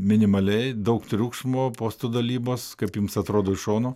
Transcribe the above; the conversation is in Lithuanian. minimaliai daug triukšmo postų dalybos kaip jums atrodo iš šono